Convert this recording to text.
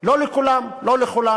לא לכולם.